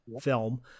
film